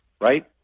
right